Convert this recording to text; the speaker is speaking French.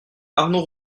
arnaud